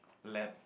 lab